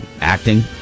acting